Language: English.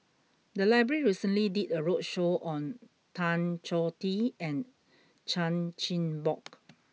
the library recently did a roadshow on Tan Choh Tee and Chan Chin Bock